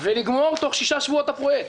ולגמור תוך שישה שבועות את הפרויקט.